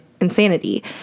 insanity